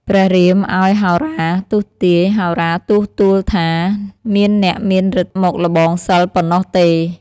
ព្រះរាមឱ្យហោរាទស្សន៍ទាយ ហោរាទស្សន៍ទូលថា មានអ្នកមានឫទ្ធិមកល្បងសិល្ប៍ប៉ុណ្ណោះទេ។